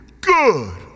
good